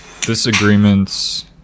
disagreements